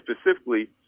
specifically